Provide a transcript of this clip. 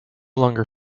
longer